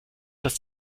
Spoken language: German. dass